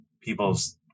people's